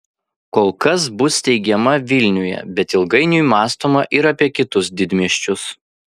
kol kas bus steigiama vilniuje bet ilgainiui mąstoma ir apie kitus didmiesčius